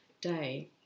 day